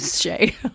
Shay